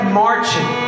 marching